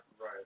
right